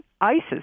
ISIS